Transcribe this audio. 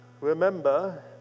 remember